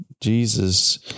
Jesus